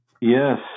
Yes